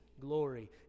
glory